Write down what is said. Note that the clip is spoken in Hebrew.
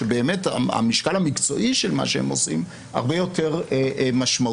שבאמת המשקל המקצועי של מה שהם עושים הרבה יותר משמעותי.